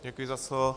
Děkuji za slovo.